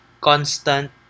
constant